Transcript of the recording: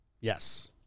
Yes